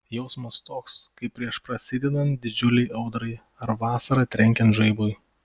jausmas toks kaip prieš prasidedant didžiulei audrai ar vasarą trenkiant žaibui